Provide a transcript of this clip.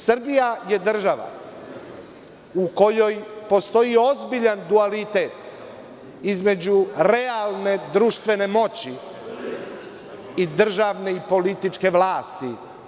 Srbija je država u kojoj postoji ozbiljan dualitet između realne društvene moći i državne i političke vlasti.